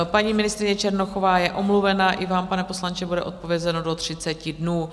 Paní ministryně Černochová je omluvena, i vám, pane poslanče, bude odpovězeno do 30 dnů.